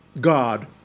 God